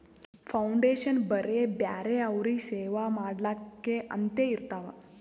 foundation ಬರೇ ಬ್ಯಾರೆ ಅವ್ರಿಗ್ ಸೇವಾ ಮಾಡ್ಲಾಕೆ ಅಂತೆ ಇರ್ತಾವ್